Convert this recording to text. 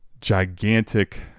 gigantic